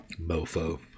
mofo